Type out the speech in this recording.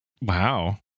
Wow